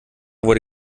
wurde